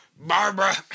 Barbara